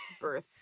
birth